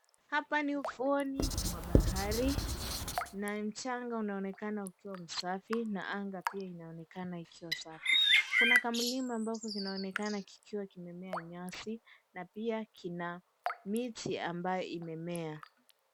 Hapa ni ufuoni mwa bahari na mchanga unaonekana kuwa safi na anga pia inaonekana ikiwa safi. Kuna mlima ambao unaonekana ukiwa umemea nyasi na pia kina miti ambayo imemea.